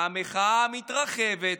המחאה מתרחבת.